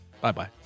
Bye-bye